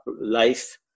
life